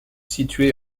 située